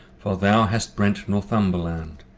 for thou hast brente northumberland,